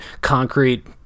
concrete